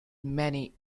many